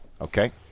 Okay